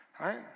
right